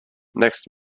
next